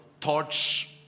thoughts